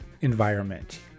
environment